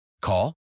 Call